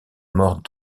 mort